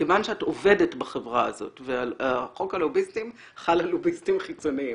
כיוון שאת עובדת בחברה הזאת וחוק הלוביסטים חל על לוביסטים חיצוניים,